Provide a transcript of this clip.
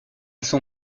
son